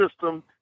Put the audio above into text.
system